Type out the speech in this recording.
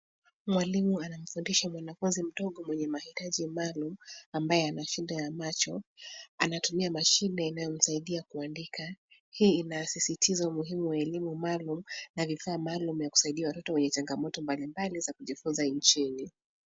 Mwalimu anamfundisha mwanafunzi mdogo mwenye mahitaji maalum, ambaye ana shida ya macho. Anatumia mashine inayomsaidia kuandika. Hii inasisitiza umuhimu wa elimu maalum na vifaa maalum ya kusaidia watoto wenye changamoto mbalimbali za kujifunza nchini.